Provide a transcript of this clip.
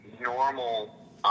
normal